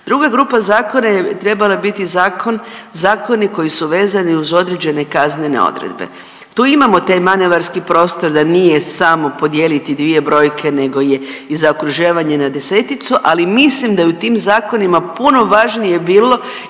Druga grupa zakona je trebala biti zakoni koji su vezani uz određene kaznene odredbe. Tu imamo taj manevarski prostor da nije samo podijeliti dvije brojke, nego je i zaokruživanje na deseticu. Ali mislim da je u tim zakonima puno važnije bilo